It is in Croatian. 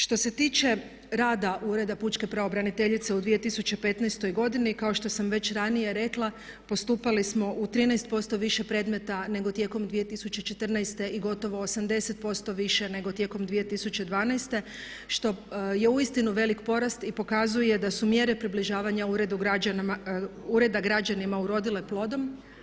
Što se tiče rada Ureda pučke pravobraniteljice u 2015. godini kao što sam već ranije rekla postupali smo u 13% više predmeta nego tijekom 2014. i gotovo 80% više nego tijekom 2012. što je uistinu velik porast i pokazuje da su mjere približavanja ureda građanima urodile plodom.